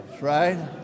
right